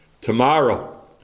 Tomorrow